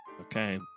Okay